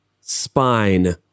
spine